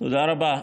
תודה רבה.